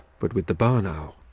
but with the barn owl.